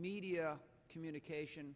media communication